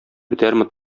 бетәрме